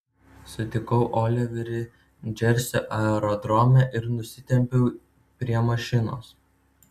sutikau oliverį džersio aerodrome ir nusitempiau prie mašinos